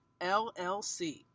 LLC